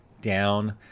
down